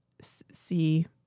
see